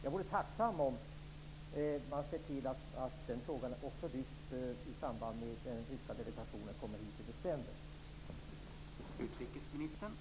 Jag vore tacksam om denna fråga lyftes fram i samband med att den ryska delegationen kommer hit i december.